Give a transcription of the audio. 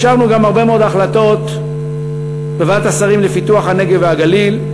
אישרנו גם הרבה מאוד החלטות בוועדת השרים לפיתוח הנגב והגליל,